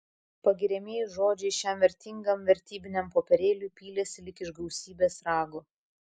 pagiriamieji žodžiai šiam vertingam vertybiniam popierėliui pylėsi lyg iš gausybės rago